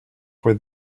for